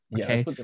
Okay